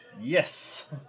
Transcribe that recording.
Yes